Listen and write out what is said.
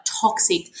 toxic